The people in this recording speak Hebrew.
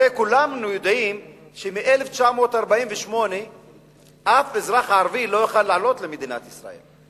הרי כולנו יודעים שמ-1948 אף אזרח ערבי לא יכול היה לעלות למדינת ישראל,